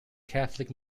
catholic